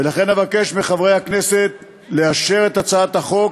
ולכן אבקש מחברי הכנסת לאשר את הצעת החוק